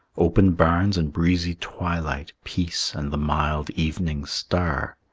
open barns and breezy twilight, peace and the mild evening star.